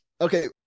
okay